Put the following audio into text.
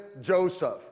Joseph